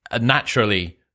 naturally